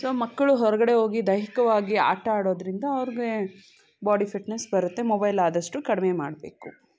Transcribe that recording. so ಮಕ್ಕಳು ಹೊರಗಡೆ ಹೋಗಿ ದೈಹಿಕವಾಗಿ ಆಟ ಆಡೋದ್ರಿಂದ ಅವ್ರಿಗೆ ಬಾಡಿ ಫಿಟ್ನೆಸ್ ಬರುತ್ತೆ ಮೊಬೈಲ್ ಆದಷ್ಟು ಕಡಿಮೆ ಮಾಡಬೇಕು